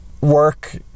Work